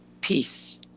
Peace